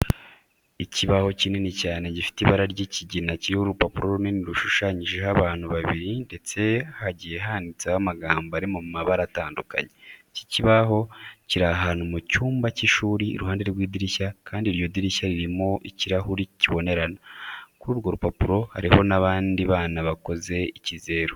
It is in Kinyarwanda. Ikibaho kinini cyane gifite ibara ry'ikigina kiriho urupapuro runini rushushanyijeho abantu babiri ndetse hagiye handitseho amagambo ari mu mabara atandukanye. Iki kibaho kiri ahantu mu cyumba cy'ishuri iruhande rw'idirishya kandi iryo dirishya ririmo ikirahuri kibonerana. Kuri urwo rupapuro hariho n'abandi bana bakoze ikizeru.